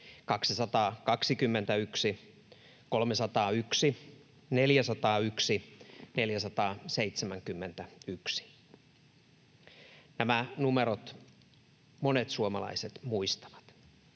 221, 301, 401, 471 —nämä numerot monet suomalaiset muistavat.